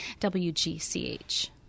wgch